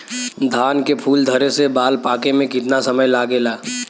धान के फूल धरे से बाल पाके में कितना समय लागेला?